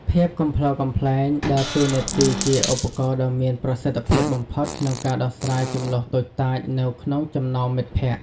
ភាពកំប្លុកកំប្លែងដើរតួនាទីជាឧបករណ៍ដ៏មានប្រសិទ្ធភាពបំផុតក្នុងការដោះស្រាយជម្លោះតូចតាចនៅក្នុងចំណោមមិត្តភក្តិ។